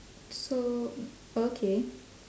so okay